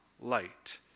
light